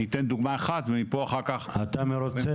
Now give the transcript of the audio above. אני אתן דוגמא אחת ופה אחר כך --- אתה מרוצה,